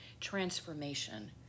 transformation